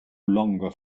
longer